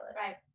Right